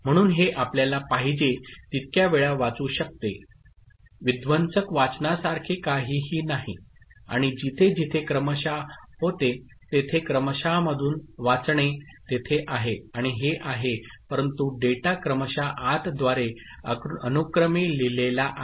म्हणून हे आपल्याला पाहिजे तितक्या वेळा वाचू शकते विध्वंसक वाचनासारखे काहीही नाही आणि जिथे जिथे क्रमशः होते तेथे - क्रमशः मधून वाचणे तेथे आहे आणि हे आहे परंतु डेटा क्रमशः आत द्वारे अनुक्रमे लिहिलेला आहे